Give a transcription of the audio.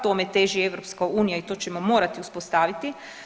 Tome teži EU i to ćemo morati uspostaviti.